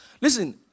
Listen